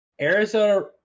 Arizona